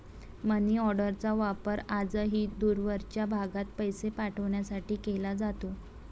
मनीऑर्डरचा वापर आजही दूरवरच्या भागात पैसे पाठवण्यासाठी केला जातो